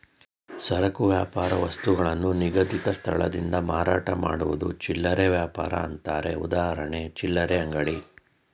ಸರಕು ವ್ಯಾಪಾರ ವಸ್ತುಗಳನ್ನು ನಿಗದಿತ ಸ್ಥಳದಿಂದ ಮಾರಾಟ ಮಾಡುವುದು ಚಿಲ್ಲರೆ ವ್ಯಾಪಾರ ಅಂತಾರೆ ಉದಾಹರಣೆ ಚಿಲ್ಲರೆ ಅಂಗಡಿ